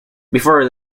before